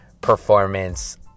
performance